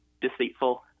deceitful